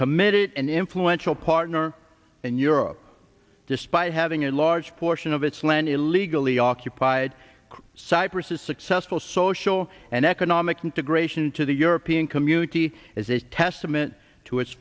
committed and influential partner in europe despite having a large portion of its land illegally occupied cyprus a successful social and economic integration to the european community is a testament to